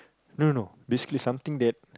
no no basically something that